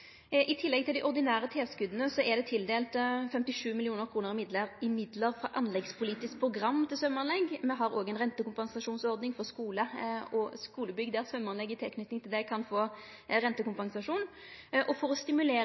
I tillegg til dei ordinære tilskota er det tildelt 57 mill. kr i midlar frå anleggspolitisk program til symjeanlegg. Me har òg ei rentekompensasjonsordning for symjeanlegg i tilknyting til skulebygg. For å stimulere